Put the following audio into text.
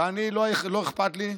ואני, לא אכפת לי,